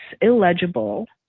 illegible